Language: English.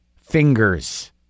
fingers